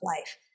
life